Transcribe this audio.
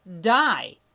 die